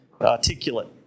articulate